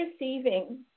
receiving